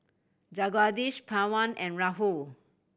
Jagadish Pawan and Rahul